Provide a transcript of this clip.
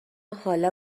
حالا